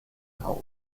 auf